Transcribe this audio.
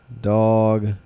Dog